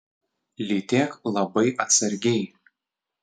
lytėk labai atsargiai